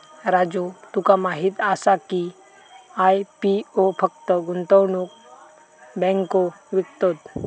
राजू तुका माहीत आसा की, आय.पी.ओ फक्त गुंतवणूक बँको विकतत?